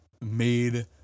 made